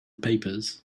papers